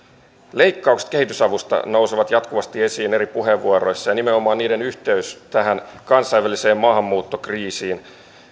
leikkaukset kehitysavusta nousevat jatkuvasti esiin eri puheenvuoroissa ja nimenomaan niiden yhteys tähän kansainväliseen maahanmuuttokriisiin